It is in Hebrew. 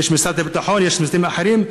יש משרד הביטחון ויש משרדים אחרים,